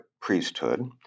priesthood